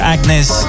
Agnes